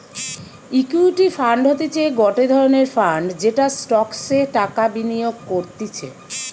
equity fund হতিছে গটে ধরণের ফান্ড যেটা স্টকসে টাকা বিনিয়োগ করতিছে